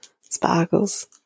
sparkles